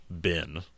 bin